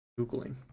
Googling